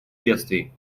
бедствий